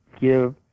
give